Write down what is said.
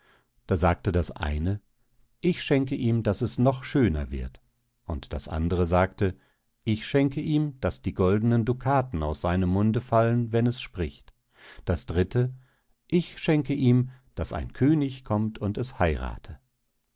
da sagte das eine ich schenke ihm daß es noch schöner wird das andere sagte ich schenke ihm daß die goldenen ducaten aus seinem munde fallen wenn es spricht das dritte ich schenke ihm daß ein könig kommt und es heirathe